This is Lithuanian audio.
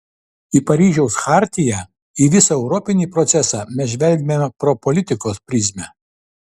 į paryžiaus chartiją į visą europinį procesą mes žvelgiame pro politikos prizmę